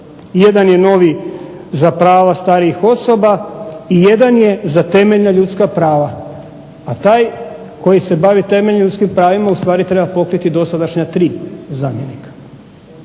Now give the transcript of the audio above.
1 je novi za prava starijih osoba i 1 je za temeljna ljudska prava. A taj koji se bavi temeljnim ljudskim pravima ustvari treba pokriti dosadašnja 3 zamjenika.